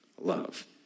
love